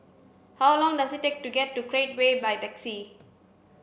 how long does it take to get to Create Way by taxi